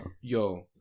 yo